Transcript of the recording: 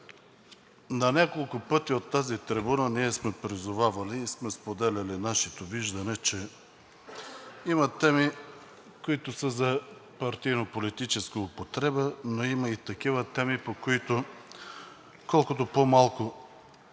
на няколко пъти от тази трибуна ние сме призовавали и сме споделяли нашето виждане, че има теми, които са за партийно-политическа употреба, но има и такива теми, по които колкото по-малко